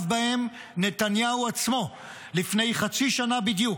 בהם נתניהו עצמו לפני חצי שנה בדיוק.